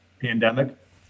pandemic